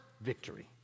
victory